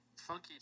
Funky